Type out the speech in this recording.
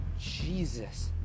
Jesus